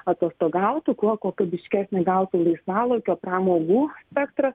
atostogautų kuo kokybiškesnį gautų laisvalaikio pramogų spektrą